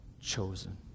chosen